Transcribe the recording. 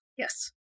Yes